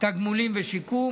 (תגמולים ושיקום),